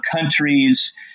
countries